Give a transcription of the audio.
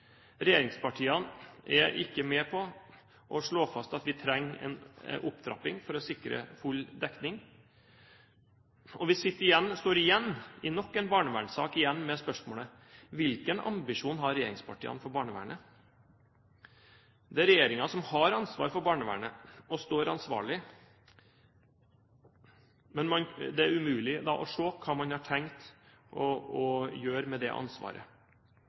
Regjeringspartiene er ikke med på å slå fast at vi trenger en opptrapping for å sikre full dekning. Vi står i nok en barnevernssak igjen med spørsmålet: Hvilken ambisjon har regjeringspartiene for barnevernet? Det er regjeringen som har ansvar for barnevernet – som står ansvarlig – men det er umulig å se hva man har tenkt å gjøre med det ansvaret.